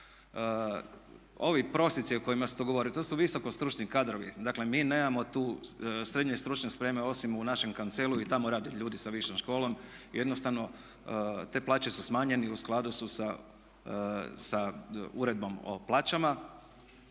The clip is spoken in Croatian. Ovi prosjeci o kojima se to govori, to su visoko stručni kadrovi, dakle mi nemamo tu srednje stručne spreme osim u našem …/Govornik se ne razumije./… i tamo rade ljudi sa višom školom, jednostavno te plaće su smanjenje i u skladu su sa uredbom o plaćama,